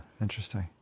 interesting